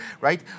right